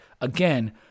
Again